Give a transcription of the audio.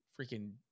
freaking –